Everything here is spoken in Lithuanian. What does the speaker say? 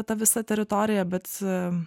ta visa teritorija bet